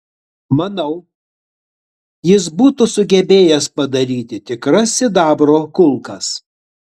manau jis būtų sugebėjęs padaryti tikras sidabro kulkas